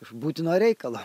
iš būtino reikalo